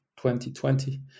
2020